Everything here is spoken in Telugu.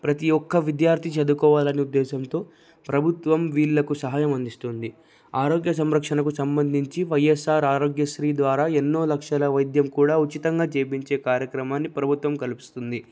ప్రతి ఒక్క విద్యార్థి చదువుకోవాలనే ఉద్దేశంతో ప్రభుత్వం వీళ్ళకు సహాయం అందిస్తుంది ఆరోగ్య సంరక్షణకు సంబంధించి వైఎస్ఆర్ ఆరోగ్యశ్రీ ద్వారా ఎన్నో లక్షల వైద్యం కూడా ఉచితంగా చేయించే కార్యక్రమాన్ని ప్రభుత్వం కలిపిస్తుంది